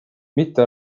mitte